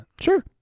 Sure